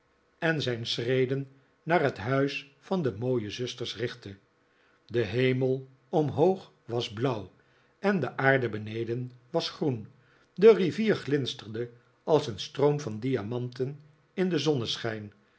en zijn schreden naar het huis van de mooie zusters richtte de hemel omhoog was blauw en de aarde beneden was groen de rivier glinsterde als een stroom van diamanten in den zonneschijn